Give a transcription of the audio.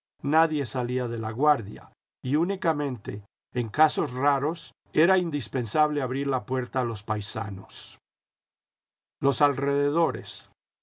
nadie salía de laguardia y únicamente en casos raros era indispensable abrir la puerta a los paisanos los alrededores